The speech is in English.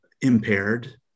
impaired